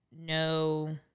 No